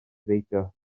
beidio